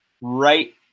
right